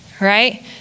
right